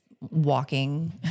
walking